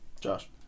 Josh